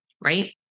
right